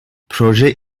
proje